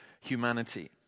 humanity